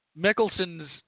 Mickelson's